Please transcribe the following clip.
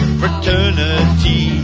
fraternity